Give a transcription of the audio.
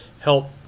help